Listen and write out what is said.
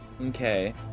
Okay